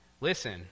Listen